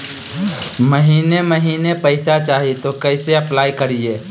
महीने महीने पैसा चाही, तो कैसे अप्लाई करिए?